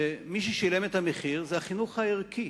ומה ששילם את המחיר זה החינוך הערכי,